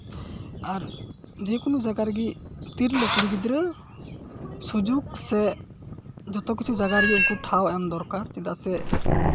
ᱟᱨ ᱡᱮ ᱠᱳᱱᱳ ᱡᱟᱭᱜᱟ ᱨᱮᱜᱮ ᱛᱤᱨᱞᱟᱹ ᱠᱩᱲᱤ ᱜᱤᱫᱽᱨᱟᱹ ᱥᱩᱡᱳᱜᱽ ᱥᱮ ᱡᱚᱛᱚ ᱠᱤᱪᱷᱩ ᱡᱟᱭᱜᱟ ᱨᱮᱜᱮ ᱩᱱᱠᱩ ᱴᱷᱟᱶ ᱮᱢ ᱫᱚᱨᱠᱟᱨ ᱪᱮᱫᱟᱜ ᱥᱮ